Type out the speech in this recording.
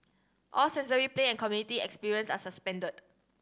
all sensory play and community experience are suspended